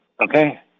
okay